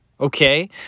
Okay